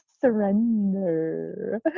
surrender